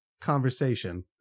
Conversation